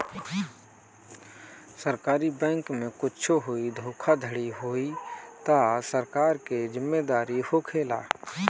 सरकारी बैंके में कुच्छो होई धोखाधड़ी होई तअ सरकार के जिम्मेदारी होखेला